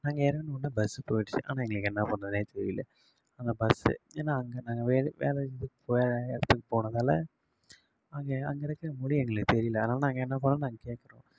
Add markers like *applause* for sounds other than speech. நாங்கள் இறங்குனொன்னே பஸ்ஸு போய்டுச்சி ஆனால் எங்களுக்கு என்ன பண்ணுறதுனே தெரியல அந்த பஸ்ஸு ஏன்னா அங்கே நாங்கள் வேறு வேற *unintelligible* இடத்துக்குப் போனதால் அங்கே அங்கே இருக்க மொழி எங்களுக்கு தெரியல அதனால தான் நாங்கள் என்ன பண்ணோம் நாங்கள் கேக்கிறோம்